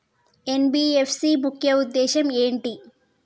NBFC ముఖ్య ఉద్దేశం ఏంటి?